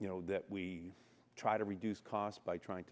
you know that we try to reduce cost by trying to